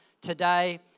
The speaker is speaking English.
today